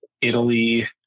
Italy